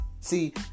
see